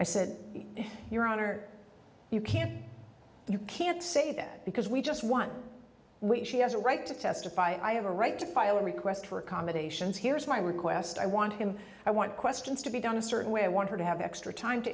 i said your honor you can't you can't say that because we just want what she has a right to testify i have a right to file a request for accommodations here is my request i want him i want questions to be done a certain way i want her to have extra time to